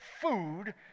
food